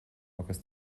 agus